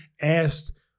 asked